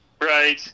Right